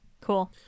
Cool